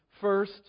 first